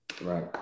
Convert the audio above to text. Right